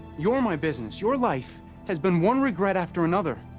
you're my business. your life has been one regret after another,